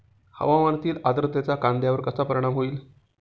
हवामानातील आर्द्रतेचा कांद्यावर कसा परिणाम होईल?